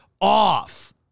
off